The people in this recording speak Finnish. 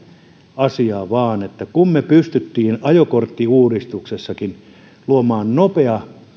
asiaa kun me pystyimme ajokorttiuudistuksessakin luomaan nopean